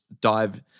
dive